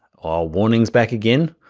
our warning's back again,